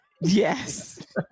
Yes